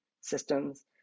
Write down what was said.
systems